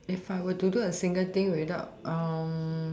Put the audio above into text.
if I were to do a single thing without